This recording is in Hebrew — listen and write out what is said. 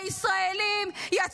רק בגלל שלך יש משפט פלילי לא הצליח.